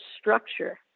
structure